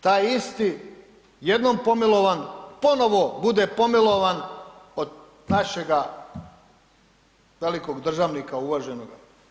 Taj isti, jednom pomilovan, ponovno bude pomilovan od našega velikog državnika uvaženoga.